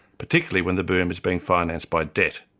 particularly when the boom is being financed by debt?